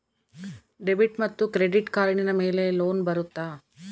Debit ಮತ್ತು credit ಕಾರ್ಡಿನ ಮೇಲೆ ಲೋನ್ ಬರುತ್ತಾ?